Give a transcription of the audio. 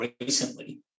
recently